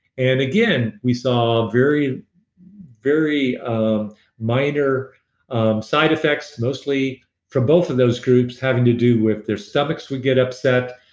and again, we saw very very um minor side effects mostly from both of those groups having to do with their stomachs would get upset.